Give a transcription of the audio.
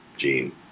Gene